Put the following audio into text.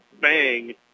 bang